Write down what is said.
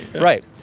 Right